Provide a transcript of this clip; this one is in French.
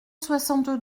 soixante